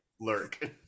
lurk